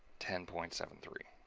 ten point seven three.